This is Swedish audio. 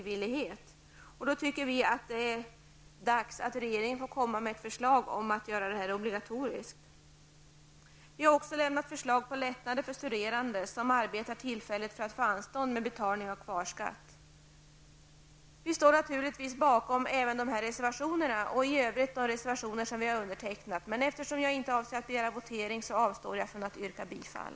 Vi tycker därför att det är dags att regeringen får komma med ett förslag om att göra detta obligatoriskt. Vi har också lämnat förslag på lättnader för studerande som arbetar tillfälligt för att få anstånd med betalning av kvarskatt. Vi står givetvis även bakom dessa reservationer och i övrigt de reservationer som vi har undertecknat. Eftersom jag inte avser att begära votering, avstår jag från att yrka bifall.